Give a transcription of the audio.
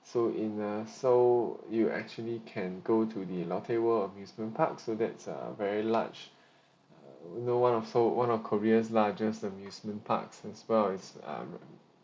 so in uh seoul you actually can go to the lotte world amusement park so that's uh very large no one of seoul one of korea's largest amusement park as well it's um